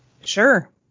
sure